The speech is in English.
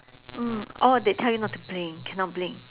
mm orh they tell you not to blink cannot blink